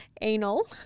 anal